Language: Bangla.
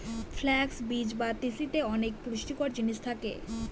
ফ্লাক্স বীজ বা তিসিতে অনেক পুষ্টিকর জিনিস থাকে